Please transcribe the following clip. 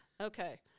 Okay